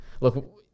look